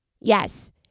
Yes